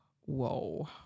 whoa